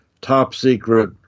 top-secret